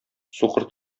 сукыр